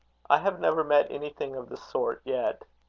i have never met anything of the sort yet.